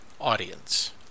audience